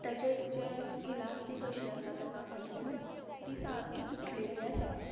ताचे जे इलास्टीक अशीं आसा तेका फाटल्यान ती सारकी तुटलेली आसा